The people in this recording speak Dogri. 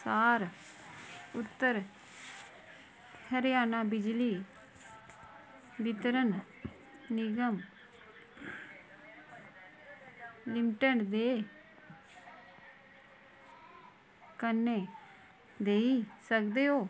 सार उत्तर हरियाणा बिजली वितरन निगम लिमटन दे कन्नै देई सकदे ओ